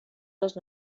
les